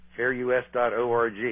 Fairus.org